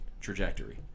trajectory